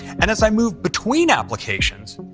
and as i move between applications,